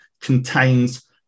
contains